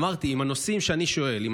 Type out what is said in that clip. אמרתי: אם בנושאים שאני שואל עליהם,